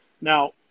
Now